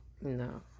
no